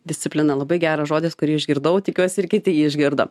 disciplina labai geras žodis kurį išgirdau tikiuosi ir kiti jį išgirdo